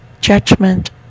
judgment